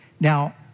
Now